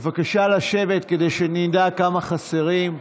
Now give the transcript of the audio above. בבקשה לשבת, כדי שנדע כמה חסרים.